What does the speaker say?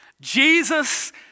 Jesus